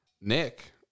Nick